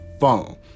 phone